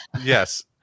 yes